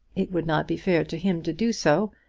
it would not be fair to him to do so,